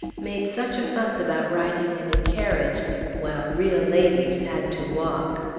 made such a fuss about riding in a carriage while real ladies had to walk.